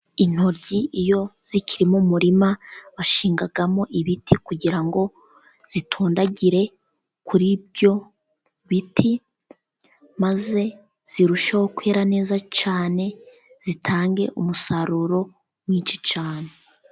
Intoryi iyo zikiri mu murima bashingamo ibiti, kugira ngo zitondagire kuri ibyo biti, maze zirusheho kwera neza cyane, zitange umusaruro mwinshi cyane.